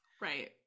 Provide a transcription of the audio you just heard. Right